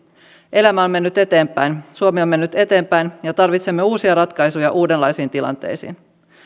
elämä on mennyt eteenpäin suomi on mennyt eteenpäin ja tarvitsemme uusia ratkaisuja uudenlaisiin tilanteisiin